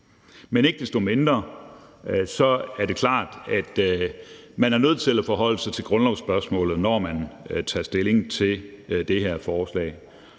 Men ikke desto mindre er det klart, at man er nødt til at forholde sig til grundlovsspørgsmålet, når man tager stilling til det her forslag.